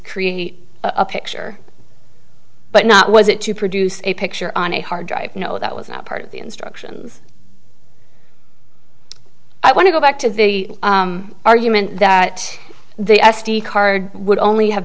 create a picture but not was it to produce a picture on a hard drive you know that was not part of the instructions i want to go back to the argument that the s d card would only have